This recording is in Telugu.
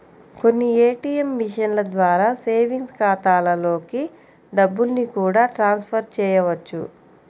కొన్ని ఏ.టీ.యం మిషన్ల ద్వారా సేవింగ్స్ ఖాతాలలోకి డబ్బుల్ని కూడా ట్రాన్స్ ఫర్ చేయవచ్చు